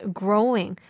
growing